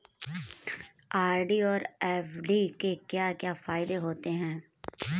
RD और FD के क्या क्या फायदे होते हैं?